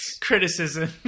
criticism